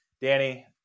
Danny